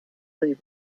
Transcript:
labor